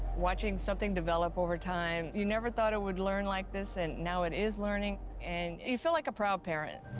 watching something develop over time, you never thought it would learn like this, and now it is learning, and you feel like a proud parent.